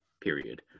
Period